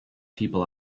people